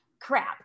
crap